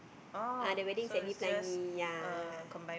ah the wedding's at D-Pelangi ya